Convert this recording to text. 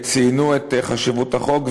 ציינו את חשיבות החוק.